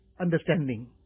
understanding